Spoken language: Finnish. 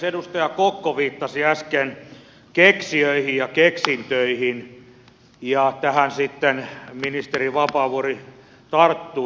edustaja kokko viittasi äsken keksijöihin ja keksintöihin ja tähän sitten ministeri vapaavuori tarttui